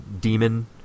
demon